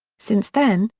since then,